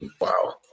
Wow